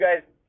guys